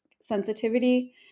sensitivity